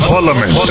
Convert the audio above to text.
Parliament